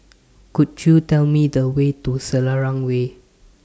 Could YOU Tell Me The Way to Selarang Way